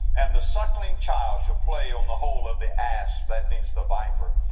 and the suckling child shall play on the hole of the asp, that means the viper,